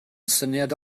syniad